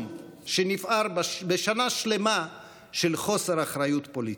שנפער בשנה שלמה של חוסר אחריות פוליטית,